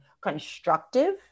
constructive